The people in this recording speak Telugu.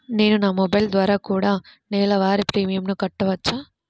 నేను నా మొబైల్ ద్వారా కూడ నెల వారి ప్రీమియంను కట్టావచ్చా?